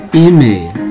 email